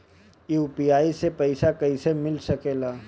UPI से पइसा कईसे मिल सके ला?